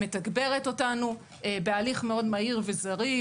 מתגברת אותנו בהליך מאוד מהיר וזריז,